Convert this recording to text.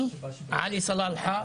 אני, עלי סלאלחה,